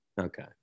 Okay